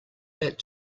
that